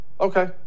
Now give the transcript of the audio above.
Okay